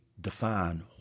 define